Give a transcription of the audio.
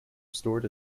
restored